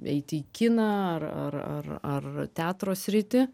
eiti į kiną ar ar ar teatro sritį